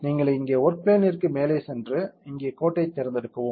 நீங்கள் இங்கே ஒர்க் பிளேன்ற்கு மேலே சென்று இங்கே கோட்டைத் தேர்ந்தெடுக்கவும்